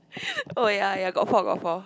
oh ya ya got four got four